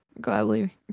gladly